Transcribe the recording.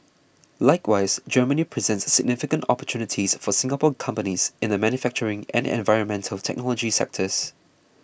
likewise Germany presents significant opportunities for Singapore companies in the manufacturing and environmental technology sectors